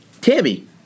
Tammy